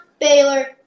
Baylor